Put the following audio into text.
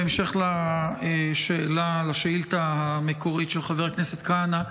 בהמשך לשאילתה המקורית של חבר הכנסת כהנא,